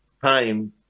time